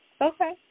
Okay